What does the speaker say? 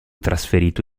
trasferito